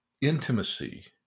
intimacy